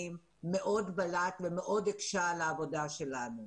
מאוד בלט ומאוד הקשה על העבודה שלנו.